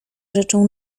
rzeczą